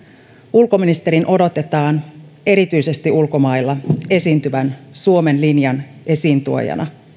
ulkoministerin odotetaan erityisesti ulkomailla esiintyvän suomen linjan esiintuojana